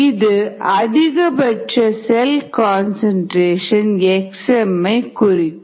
இது அதிகபட்ச cell concentration xm ஐ குறிக்கும்